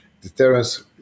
deterrence